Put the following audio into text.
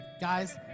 Guys